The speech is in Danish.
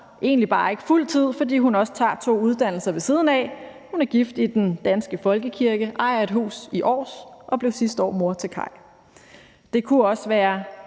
har ikke arbejdet fuld tid, fordi hun også tager to uddannelser ved siden af. Hun er blevet gift i den danske folkekirke, ejer et hus i Aars og blev sidste år mor til Kaj. Det kunne også være